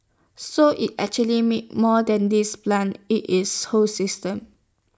so it's actually make more than these plans IT is whole system